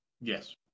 Yes